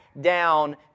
down